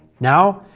now,